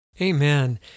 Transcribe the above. Amen